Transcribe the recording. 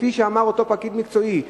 כפי שאמר אותו פקיד מקצועי,